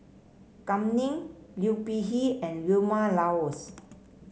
Kam Ning Liu Peihe and Vilma Laus